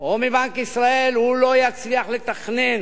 או מבנק ישראל, הוא לא יצליח לתכנן